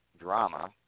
drama